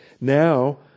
Now